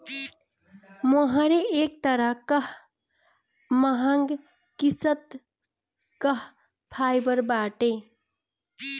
मोहेर एक तरह कअ महंग किस्म कअ फाइबर बाटे